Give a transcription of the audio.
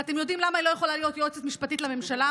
ואתם יודעים למה היא לא יכולה להיות היועצת המשפטית לממשלה?